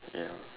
ya